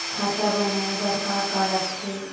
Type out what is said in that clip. खाता बनवाय बर का का लगथे?